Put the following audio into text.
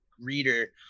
reader